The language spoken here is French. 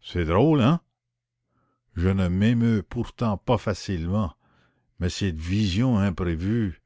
c'est drôle hein je ne m'émeus pourtant pas facilement mais cette vision inattendue